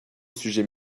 sujet